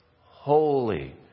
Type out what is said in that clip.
holy